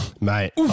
Mate